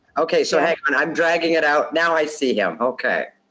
okay, so hand on, i'm dragging it out. now i see him, okay.